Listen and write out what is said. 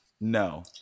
no